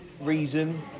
reason